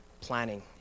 planning